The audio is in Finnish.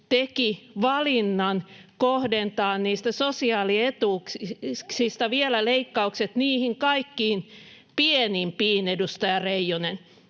teki valinnan kohdentaa niistä sosiaalietuuksista vielä leikkaukset niihin kaikkiin pienimpiin, edustaja Reijonen.